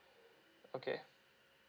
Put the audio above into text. okay